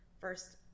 First